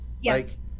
Yes